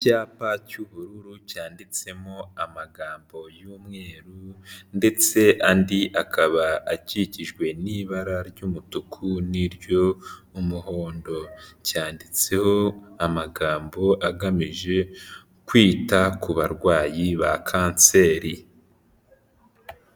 Icyapa cy'ubururu cyanditsemo amagambo y'umweru ndetse andi akaba akikijwe n'ibara ry'umutuku n'iry'umuhondo, cyanditseho amagambo agamije kwita ku barwayi ba kanseri.